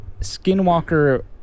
skinwalker